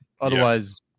Otherwise